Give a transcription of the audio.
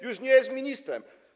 Już nie jest ministrem.